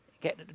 get